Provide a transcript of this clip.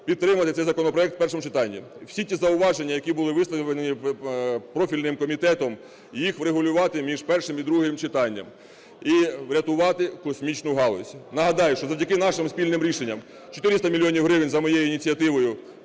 підтримати цей законопроект в першому читанні. Всі ті зауваження, які були висловлені профільним комітетом, їх врегулювати між першим і другим читанням і врятувати космічну галузь. Нагадаю, що завдяки нашим спільним рішенням 400 мільйонів гривень за моєю ініціативою